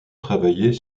travailler